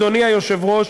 אדוני היושב-ראש,